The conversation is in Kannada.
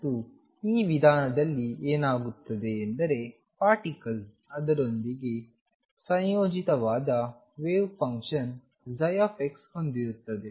ಮತ್ತು ಈ ವಿಧಾನದಲ್ಲಿ ಏನಾಗುತ್ತದೆ ಎಂದರೆ ಪಾರ್ಟಿಕಲ್ ಅದರೊಂದಿಗೆ ಸಂಯೋಜಿತವಾದ ವೇವ್ ಫಂಕ್ಷನ್ ψ ಹೊಂದಿರುತ್ತದೆ